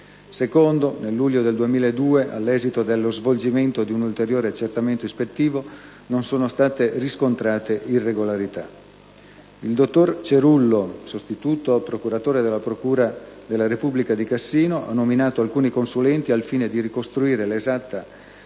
nel luglio del 2002, all'esito dello svolgimento di un ulteriore accertamento ispettivo, non sono state riscontrate irregolarità. Il dottor Cerullo, sostituto procuratore della Procura della Repubblica di Cassino ha nominato alcuni consulenti al fine di ricostruire l'esatta dinamica